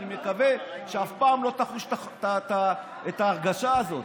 אני מקווה שאף פעם לא תחוש את ההרגשה הזאת,